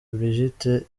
brigitte